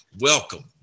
Welcome